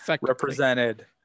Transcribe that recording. represented